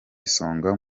isonga